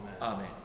Amen